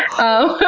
oh,